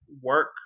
work